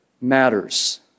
matters